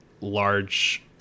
large